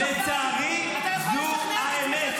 לצערי זו האמת.